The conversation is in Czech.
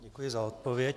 Děkuji za odpověď.